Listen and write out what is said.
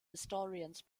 historians